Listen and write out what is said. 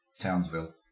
Townsville